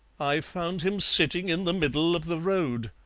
i found him sitting in the middle of the road,